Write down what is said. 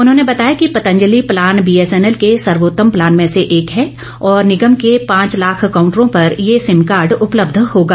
उन्होंने बताया कि पतंजलि प्लान बीएसएनएल के सर्वोतम प्लान में से एक है और निगम के पांच लाख कांउटरों पर ये सिम कार्ड उपलब्ध होगा